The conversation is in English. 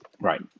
Right